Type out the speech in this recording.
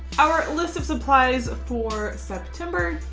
our list of supplies for september.